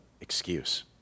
excuse